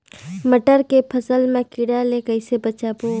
मटर के फसल मा कीड़ा ले कइसे बचाबो?